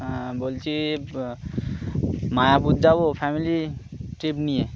হ্যাঁ বলছি মায়াপুর যাবো ফ্যামিলি ট্রিপ নিয়ে